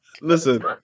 listen